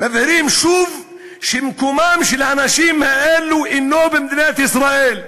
מבהירים שוב שמקומם של האנשים האלה אינו במדינת ישראל,